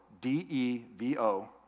D-E-V-O